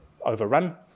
overrun